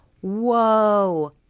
Whoa